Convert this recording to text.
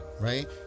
right